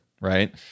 right